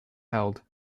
held